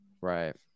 Right